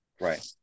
right